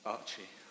Archie